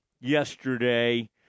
yesterday